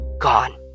gone